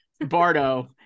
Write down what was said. Bardo